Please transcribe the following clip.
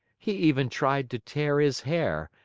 he even tried to tear his hair,